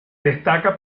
destaca